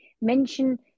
mention